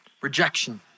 rejection